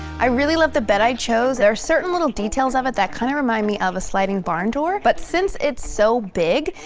i really love the bed i chose. there are certain little details of it that kind of remind me of a sliding barn door but since it's so big,